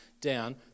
down